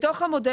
המודל,